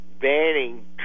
banning